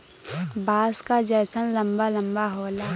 बाँस क जैसन लंबा लम्बा होला